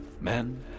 Men